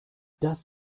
das